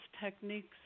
techniques